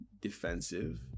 defensive